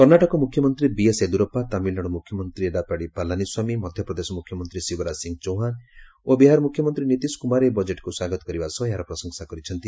କର୍ଣ୍ଣାଟକ ମୁଖ୍ୟମନ୍ତ୍ରୀ ବିଏସ୍ ୟେଦୁରପ୍୍ରା ତାମିଲନାଡୁ ମୁଖ୍ୟମନ୍ତ୍ରୀ ଏଡ଼ାପାଡ଼ି ପାଲାନି ସ୍ୱାମୀ ମଧ୍ୟପ୍ରଦେଶ ମୁଖ୍ୟମନ୍ତ୍ରୀ ଶିବରାଜ ସିଂ ଚୌହାନ ଓ ବିହାର ମୁଖ୍ୟମନ୍ତ୍ରୀ ନୀତିଶ କୁମାର ଏହି ବଜେଟକୁ ସ୍ୱାଗତ କରିବା ସହ ଏହାର ପ୍ରଶଂସା କରିଛନ୍ତି